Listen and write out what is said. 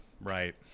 right